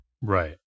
Right